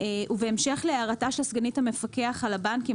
בהמשך להערתה של סגנית המפקח על הבנקים